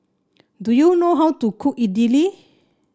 do you know how to cook Idili